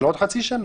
של עוד חצי שנה.